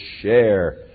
share